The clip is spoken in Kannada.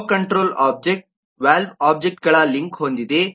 ಫ್ಲೋ ಕಂಟ್ರೋಲ್ ಒಬ್ಜೆಕ್ಟ್ ವಾಲ್ವ್ ಒಬ್ಜೆಕ್ಟ್ಗಳ ಲಿಂಕ್ ಹೊಂದಿದೆ